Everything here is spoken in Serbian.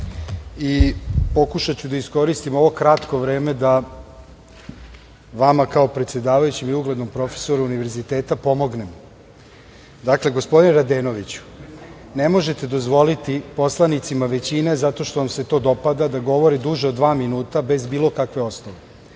i pokušaću da iskoristim ovo kratko vreme da vama kao predsedavajućem i uglednom profesoru Univerziteta pomognem. Dakle, gospodine Radenoviću, ne možete dozvoliti poslanicima većine zato što vam se to dopada da govore duže od dva minuta, bez bilo kakve osnove.